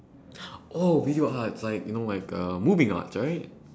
oh video arts like you know like uh moving arts right